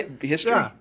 history